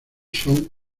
son